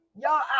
Y'all